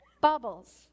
Bubbles